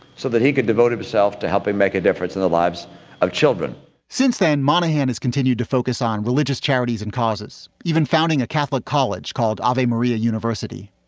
so that he could devote himself to helping make a difference in the lives of children since then, monahan has continued to focus on religious charities and causes, even founding a catholic college called ivy maria university.